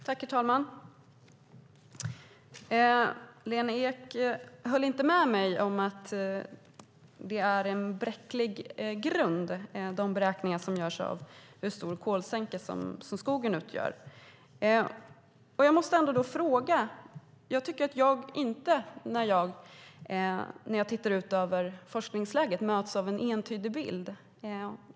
Herr talman! Lena Ek höll inte med mig om att de beräkningar som görs av den kolsänka som skogen utgör är en bräcklig grund. Då måste jag få ställa en fråga. När jag tittar ut över forskningsläget tycker jag inte att jag möts av en entydig bild.